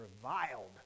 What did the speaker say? reviled